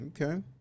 okay